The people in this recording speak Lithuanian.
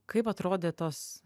kaip atrodė tos